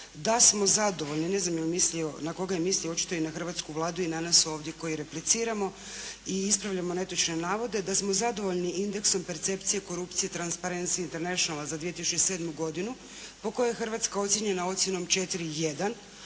da smo zadovoljni, ne znam je li mislio, na koga je mislio, očito i na hrvatsku Vladu i na nas ovdje koji repliciramo i ispravljamo netočne navode da smo zadovoljni indeksom percepcije korupcije Transparents Internationala za 2007. godinu po kojoj je Hrvatska ocijenjena ocjenom 4,1,